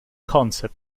concept